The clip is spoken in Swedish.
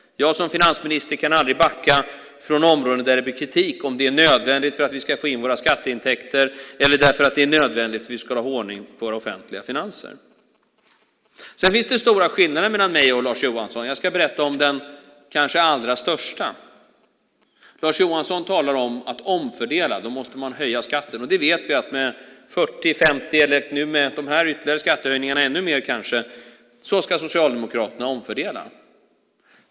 Jag som finansminister kan aldrig backa från områden där det blir kritik om det är nödvändigt för att vi ska få in våra skatteintäkter eller därför att det är nödvändigt för att vi ska hålla ordning på våra offentliga finanser. Sedan finns det stora skillnader mellan mig och Lars Johansson. Jag ska berätta om den kanske allra största. Lars Johansson talar om att omfördela; då måste man höja skatten. Det vet vi: Med 40, 50 eller nu med de här ytterligare skattehöjningarna kanske ännu mer ska Socialdemokraterna omfördela.